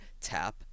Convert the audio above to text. Tap